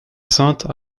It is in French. sainte